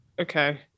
Okay